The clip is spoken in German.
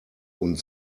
und